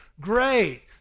Great